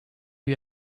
you